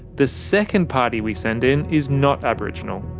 the second party we send in is not aboriginal.